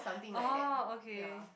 oh okay